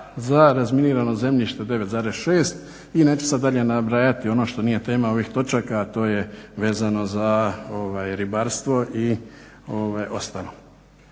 za razminirano zemljište 9,6 i neću sad dalje nabrajati ono što nije tema ovih točaka, a to je vezano za ribarstvo i ostalo.